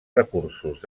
recursos